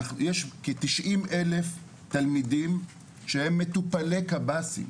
יש כ- 90,000 תלמידים שהם מטופלי קבסי"ם,